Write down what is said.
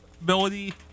ability